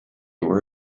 were